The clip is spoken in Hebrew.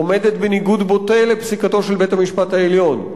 עומדת בניגוד בוטה לפסיקתו של בית-המשפט העליון.